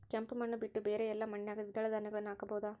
ಕೆಂಪು ಮಣ್ಣು ಬಿಟ್ಟು ಬೇರೆ ಎಲ್ಲಾ ಮಣ್ಣಿನಾಗ ದ್ವಿದಳ ಧಾನ್ಯಗಳನ್ನ ಹಾಕಬಹುದಾ?